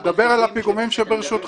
אני מדבר על הפיגומים שברשותכם.